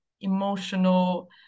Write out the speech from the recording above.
emotional